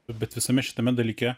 bet visame šitame dalyke